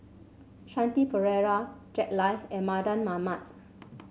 Shanti Pereira Jack Lai and Mardan Mamat